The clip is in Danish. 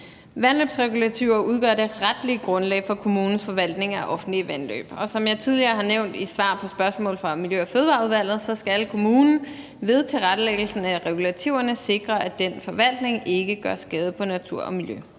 Vandløbsregulativer udgør det retlige grundlag for kommunens forvaltning af offentlige vandløb, og som jeg tidligere har nævnt i svar på spørgsmål fra Miljø- og Fødevareudvalget, så skal kommunen ved tilrettelæggelsen af regulativerne sikre, at den forvaltning ikke gør skade på natur og miljø.